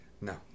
no